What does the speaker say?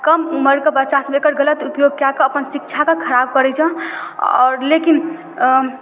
कम उमरके बच्चा सभ एकर गलत उपयोग कएकऽ अपन शिक्षाके खराब करय यऽ आओर लेकिन अऽ